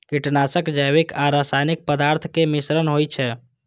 कीटनाशक जैविक आ रासायनिक पदार्थक मिश्रण होइ छै